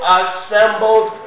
assembled